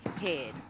head